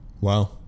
Wow